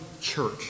church